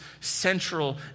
central